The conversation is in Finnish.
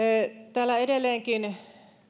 täällä edelleenkin